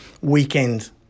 weekend